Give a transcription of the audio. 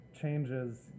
changes